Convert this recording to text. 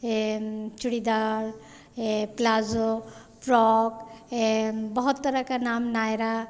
है चूड़ीदार यह palazzo frock है बहुत तरह का नाम नायरा